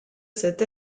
cet